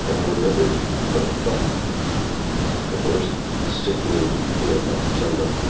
and i remembered what it felt like the worst sickening pit of my stomach,